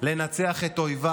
לנצח את אויביו